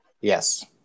Yes